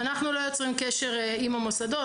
אנחנו לא יוצרים קשר עם המוסדות,